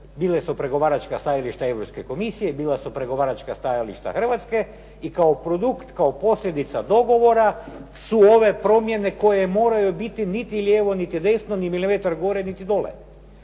bile su pregovaračka stajališta Europske komisije i bila su pregovaračka stajališta Hrvatske i kao produkt, kao posljedica dogovora su ove promjene koje moraju biti niti lijevo, niti desno, ni milimetar gore, niti dole.